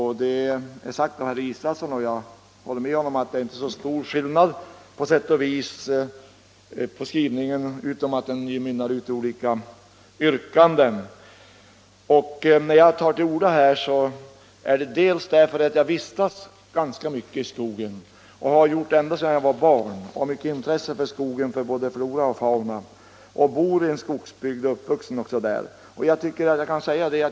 Herr Israelsson har sagt — och jag håller med honom om det — att det inte är så stor skillnad i fråga om skrivningarna, förutom att de mynnar ut i olika yrkanden. Att jag tar till orda här beror delvis på att jag vistas ganska mycket i skogen — det har jag gjort ända sedan jag var barn — och har stort intresse för skogen, för dess flora och fauna. Jag bor i en skogsbygd, och i en sådan är jag också uppvuxen.